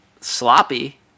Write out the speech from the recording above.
sloppy